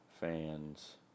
fans